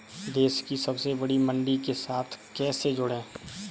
देश की सबसे बड़ी मंडी के साथ कैसे जुड़ें?